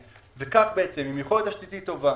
וכך, עם יכולת תשתיתית טובה